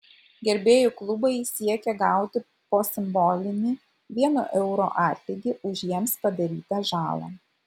gerbėjų klubai siekia gauti po simbolinį vieno euro atlygį už jiems padarytą žalą